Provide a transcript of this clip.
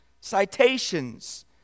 citations